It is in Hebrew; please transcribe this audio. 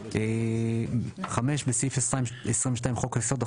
תיקון סעיף 22 5. בסעיף 22 לחוק היסוד,